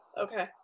Okay